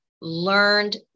learned